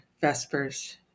Vespers